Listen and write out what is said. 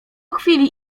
chwili